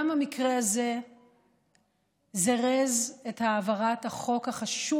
גם המקרה הזה זירז את העברת החוק החשוב